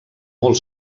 molt